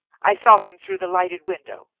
i saw him through the lighted window.